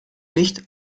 nicht